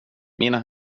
mina